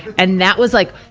and that was like,